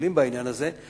ומובילים בעניין הזה,